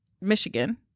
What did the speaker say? Michigan